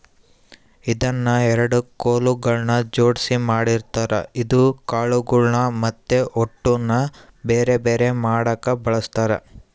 ಇದನ್ನ ಎರಡು ಕೊಲುಗಳ್ನ ಜೊಡ್ಸಿ ಮಾಡಿರ್ತಾರ ಇದು ಕಾಳುಗಳ್ನ ಮತ್ತೆ ಹೊಟ್ಟುನ ಬೆರೆ ಬೆರೆ ಮಾಡಕ ಬಳಸ್ತಾರ